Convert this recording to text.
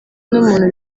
n’umuntu